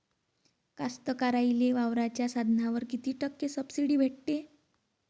कास्तकाराइले वावराच्या साधनावर कीती टक्के सब्सिडी भेटते?